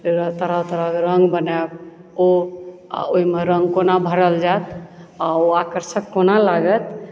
तरह तरह के रंग बनायब ओ आ ओहि मे रंग कोना भड़ल जायत आ ओ आकर्षक कोना लागत